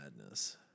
madness